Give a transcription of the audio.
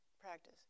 practice